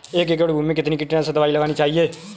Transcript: एक एकड़ भूमि में कितनी कीटनाशक दबाई लगानी चाहिए?